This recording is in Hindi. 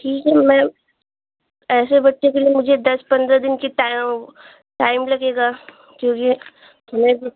ठीक है मैम ऐसे बच्चों के लिए मुझे दस पन्द्रह दिन की टाइम लगेगा क्योंकि हमें